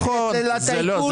הולכת לטייקונים,